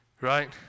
right